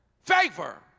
Favor